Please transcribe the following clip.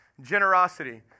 Generosity